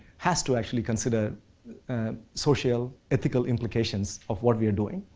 has to actually consider social ethical implications of what we're doing.